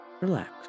relax